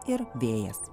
ir vėjas